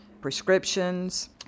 prescriptions